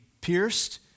pierced